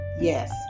Yes